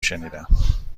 شنیدم